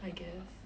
I guess